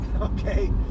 okay